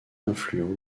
influent